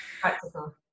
Practical